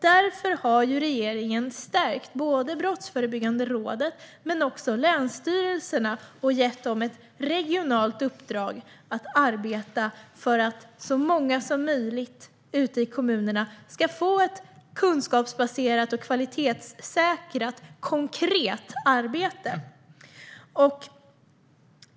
Därför har regeringen stärkt både Brottsförebyggande rådet och länsstyrelserna och gett dem ett regionalt uppdrag att arbeta för att så många som möjligt ute i kommunerna ska få ett kunskapsbaserat och kvalitetssäkrat konkret arbete.